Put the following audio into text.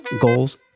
goals